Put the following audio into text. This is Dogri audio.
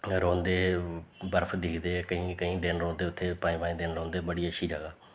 रौंह्दे बर्फ दिखदे केईं केईं दिन रौंह्दे उत्थें पंज पंज दिन रौंह्दे बड़ी अच्छी जगह्